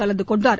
கலந்து கொண்டார்